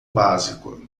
básico